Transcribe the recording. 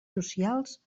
socials